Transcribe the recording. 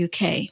UK